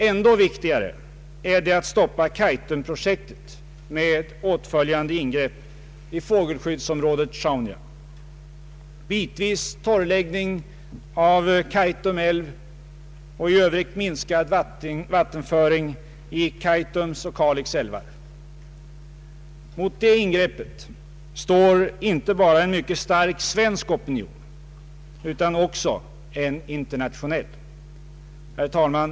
ännu viktigare är det att stoppa Kaitumprojektet med åtföljande ingrepp i fågelskyddsområdet Sjaunja, bitvis torrläggning av Kaitum älv och i övrigt minskad vattenföring i Kaitums och Kalix älvar. Mot det ingreppet står inte bara en mycket stark opinion utan också en internationell. Herr talman!